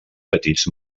petits